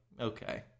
okay